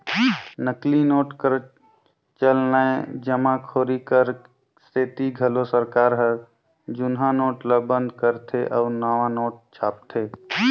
नकली नोट कर चलनए जमाखोरी कर सेती घलो सरकार हर जुनहा नोट ल बंद करथे अउ नावा नोट छापथे